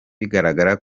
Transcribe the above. bigaragara